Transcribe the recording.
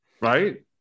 Right